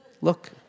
Look